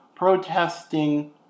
protesting